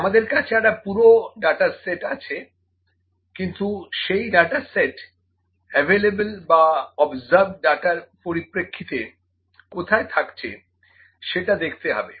আমাদের কাছে একটা পুরো ডাটা সেট আছে কিন্তু সেই ডাটা সেট এভেইলেবল বা অবজার্ভড ডাটার পরিপ্রেক্ষিতে কোথায় থাকছে সেটা দেখতে হবে